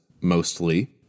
mostly